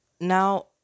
Now